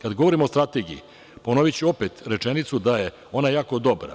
Kada govorimo o Strategiji, ponoviću opet rečenicu da je ona jako dobra.